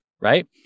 right